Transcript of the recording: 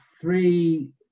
three